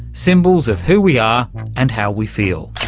symbols of who we are and how we feel.